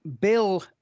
Bill